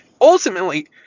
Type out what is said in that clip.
ultimately